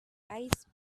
ice